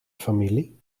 familie